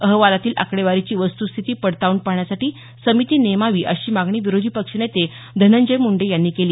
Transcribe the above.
अहवालातील आकडेवारीची वस्तूस्थिती पडताळून पाहण्यासाठी समिती नेमावी अशी मागणी विरोधी पक्षनेते धनंजय मुंडे यांनी केली